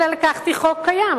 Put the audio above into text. אלא לקחתי חוק קיים,